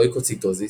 לויקוציטוזיס,